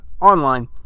online